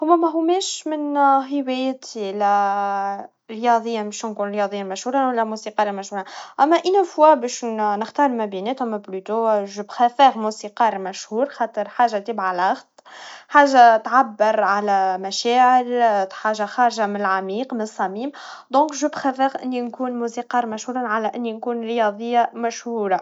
هما مهماش من هوايتي, لا رياضياً, باش نكون رياضياً مشهوراً, ولا موسيقاراً مشهوراً, أما إذا يجب أن اختار مبيناتهم بلو تو أنا أفضل موسيقار مشهور خاطر حاجا تبع الفن, حاجا تعبر على مشاعر, حاجا خارجا من العميق, من الصميم, لذلك أنا أفضل إني نكون موسيقار مشهوراً, على إني نكون رياضيا مشهورا.